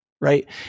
Right